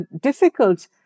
difficult